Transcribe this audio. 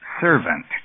servant